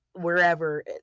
wherever